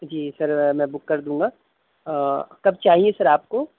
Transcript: جی sir میں book کر دوں گا کب چاہیے سر آپ کو